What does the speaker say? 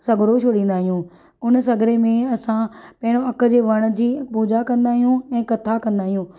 सग॒ड़ो छॾिंदाआहियूं उन सॻड़े में असां पहिरियों अक जे वण जी पूजा॒ कंदा आहियूं ऐं कथा कंदा आहियूं